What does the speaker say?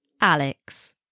alex